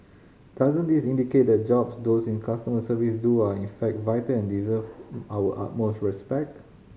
doesn't this indicate the jobs those in customer service do are in fact vital and deserve our utmost respect